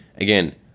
again